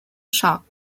shock